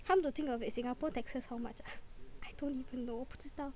come to think of it Singapore taxes how much ah I don't even know 我不知道